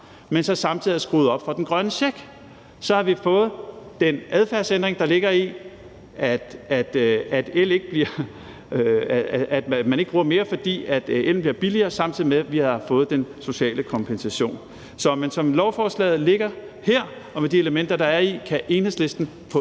men samtidig havde skruet op for den grønne check, for så havde vi fået den adfærdsændring, der ligger i, at man ikke bruger mere el, fordi ellen bliver billigere, samtidig med at vi havde fået den sociale kompensation. Men som lovforslaget ligger her og med de elementer, der er i det, kan Enhedslisten på